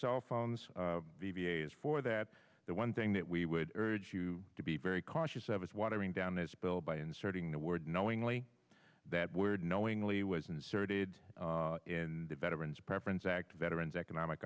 cell phones the v a s for that the one thing that we would urge you to be very cautious of is watering down this bill by inserting the word knowingly that word knowingly was inserted in the veterans preference act veterans economic